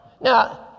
Now